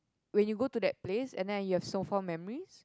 when you go to that place and then you have so fond memories